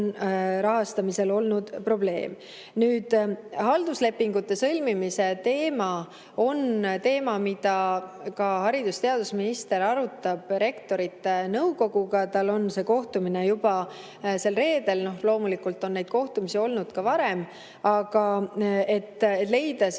rahastamisel probleem olnud. Halduslepingute sõlmimine on teema, mida haridus‑ ja teadusminister arutab Rektorite Nõukoguga. Tal on see kohtumine juba sel reedel. Loomulikult on neid kohtumisi olnud ka varem, aga püütakse